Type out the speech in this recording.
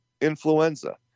influenza